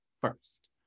first